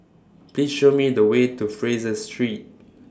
Please Show Me The Way to Fraser Street